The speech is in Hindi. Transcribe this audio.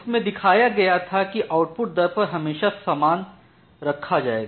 उसमे दिखाया गया था कि आउट पुट दर हमेशा सामान रखा जायेगा